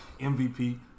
MVP